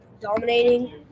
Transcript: dominating